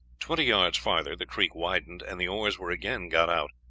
twenty yards farther the creek widened, and the oars were again got out.